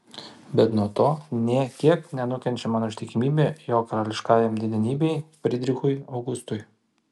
bet nuo to nė kiek nenukenčia mano ištikimybė jo karališkajai didenybei frydrichui augustui